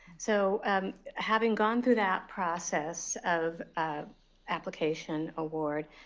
so having gone through that process of application award,